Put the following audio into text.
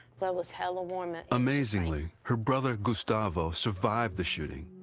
blood was hella warm. amazingly, her brother, gustavo, survived the shooting,